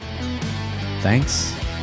Thanks